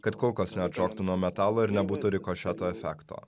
kad kulkos neatšoktų nuo metalo ir nebūtų rikošeto efekto